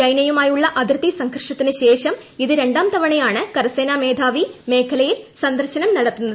ചൈനയുമായുളള അതിർത്തി സംഘർഷത്തിന് ശേഷം ഇത് രണ്ടാം തവണയാണ് കരസേനാ മേധാവി മേഖലയിൽ സന്ദർശനം നടത്തുന്നത്